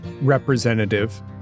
representative